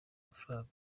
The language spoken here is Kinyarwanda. mafaranga